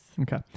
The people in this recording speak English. Okay